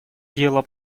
дела